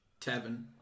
Tavern